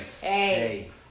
Hey